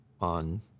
on